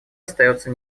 остается